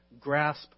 grasp